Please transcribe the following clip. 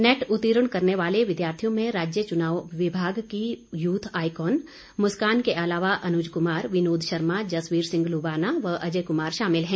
net उर्तीण करने वाले विद्यार्थियों में राज्य चुनाव विभाग की यूथ आईकोन मुस्कान के अलावा अनुज कुमार विनोद शर्मा जसबीर सिंह लुबाना व अजय कुमार शामिल हैं